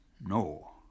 No